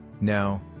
Now